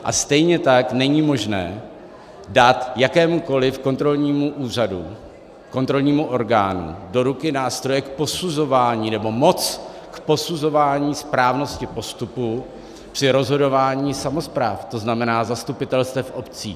A stejně tak není možné dát jakémukoliv kontrolnímu úřadu, kontrolnímu orgánu, do ruky nástroje k posuzování, nebo moc k posuzování správnosti postupu při rozhodování samospráv, tzn. zastupitelstev obcí.